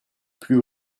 plus